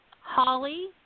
Holly